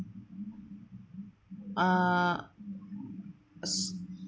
err